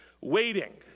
waiting